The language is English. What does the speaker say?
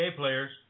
players